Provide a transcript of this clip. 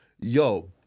Yo